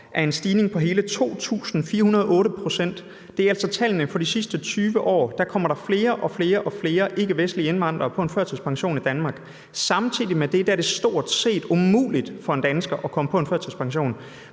om en stigning på hele 2.408 pct. Det er altså tallene for de sidste 20 år, hvor der er kommet flere og flere ikkevestlige indvandrere på en førtidspension i Danmark. Samtidig med det er det stort set umuligt for en dansker at blive tilkendt en førtidspension.